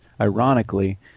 ironically